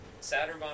Saturn